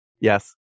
yes